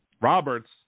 Roberts